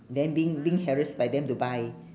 then being being harassed by them to buy